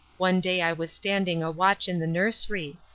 one day i was standing a watch in the nursery.